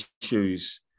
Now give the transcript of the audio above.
issues